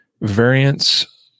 variance